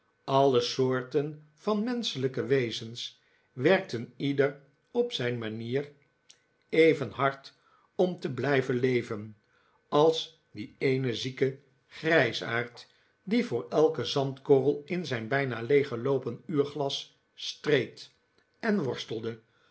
alle soorten van menschelijke wezens werkten ieder op zijn manier even hard om te blijven leven als die eene zieke grijsaard die voor elken zandkorrel in zijn bijna leeggeloopen uurglas streed en worstelde